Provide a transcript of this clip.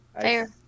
Fair